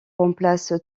remplace